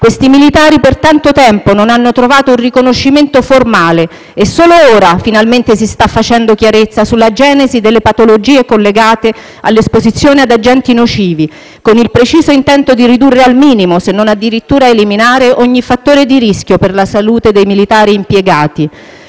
Questi militari per tanto tempo non hanno trovato un riconoscimento formale e solo ora, finalmente, si sta facendo chiarezza sulla genesi delle patologie collegate all'esposizione ad agenti nocivi, con il preciso intento di ridurre al minimo, se non addirittura eliminare, ogni fattore di rischio per la salute dei militari impiegati.